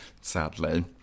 sadly